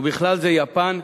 בכלל זה יפן,